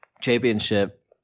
championship